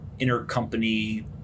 intercompany